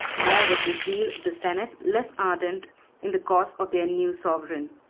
nor was the zeal of the senate less ardent in the cause of their new sovereign.